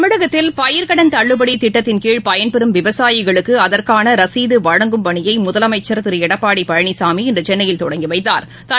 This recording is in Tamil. தமிழகத்தில் பயிர்க்கடன் தள்ளுபடி திட்டத்தின் கீழ் பயன்பெறும் விவசாயிகளுக்கு அதற்கான ரசீது வழங்கும் பணியை முதலமைச்சர் திரு எடப்பாடி பழனிசாமி இன்று சென்னையில் தொடங்கி வைத்தாா்